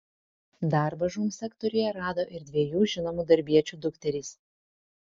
darbą žūm sektoriuje rado ir dviejų žinomų darbiečių dukterys